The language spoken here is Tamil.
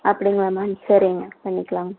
அப்படிங்களா மேம் சரிங்க மேம் பண்ணிக்கலாங்க